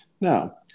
Now